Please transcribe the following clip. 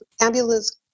ambulance